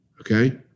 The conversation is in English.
Okay